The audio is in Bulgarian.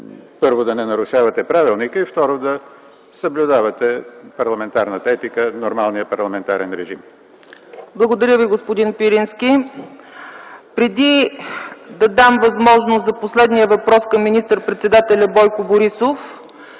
първо да не нарушавате правилника, и второ, да съблюдавате парламентарната етика, нормалния парламентарен режим. ПРЕДСЕДАТЕЛ ЦЕЦКА ЦАЧЕВА: Благодаря, господин Пирински. Преди да дам възможност за последния въпрос към министър-председателя Бойко Борисов,